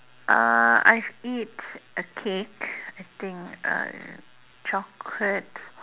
uh I've eat a cake I think uh chocolate